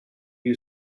you